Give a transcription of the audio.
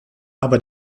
aber